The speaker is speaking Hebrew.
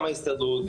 גם ההסתדרות,